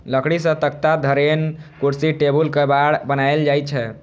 लकड़ी सं तख्ता, धरेन, कुर्सी, टेबुल, केबाड़ बनाएल जाइ छै